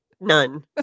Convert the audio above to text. None